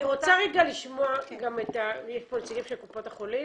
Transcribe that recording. יש פה נציגים של קופות החולים,